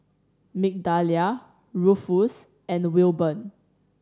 Migdalia Ruffus and Wilburn